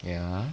ya